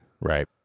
Right